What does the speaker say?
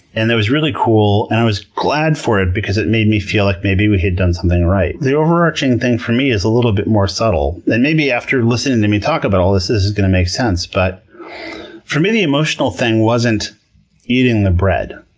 and it was really cool. i was glad for it because it made me feel like maybe we had done something right. the overarching thing for me is a little bit more subtle. and maybe after listening to me talking about all this, this is going to make sense, but for me the emotional thing wasn't eating the bread.